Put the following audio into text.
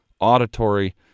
auditory